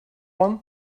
one